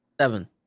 seven